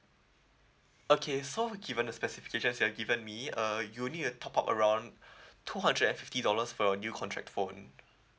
okay so given the specifications that you've given me uh you'll need to top up around two hundred and fifty dollars for your new contract phone